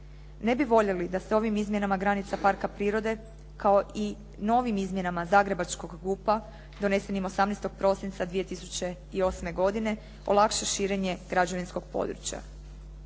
Ne bi voljeli da se ovim izmjenama granica parka prirode, kao i novim izmjenama zagrebačkog GUP-a donesenim 18. prosinca 2008. godine olakša širenje građevinskog područja.